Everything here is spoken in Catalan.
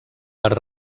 per